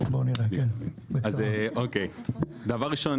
דבר ראשון,